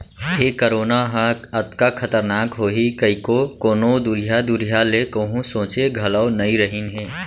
ए corona ह अतका खतरनाक होही कइको कोनों दुरिहा दुरिहा ले कोहूँ सोंचे घलौ नइ रहिन हें